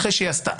אחרי שהיא עשתה.